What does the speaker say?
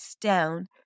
down